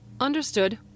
Understood